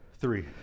Three